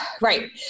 Right